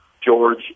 George